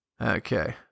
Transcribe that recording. Okay